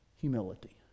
humility